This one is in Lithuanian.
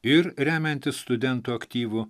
ir remiantis studentų aktyvu